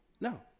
No